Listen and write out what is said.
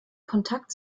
kontakt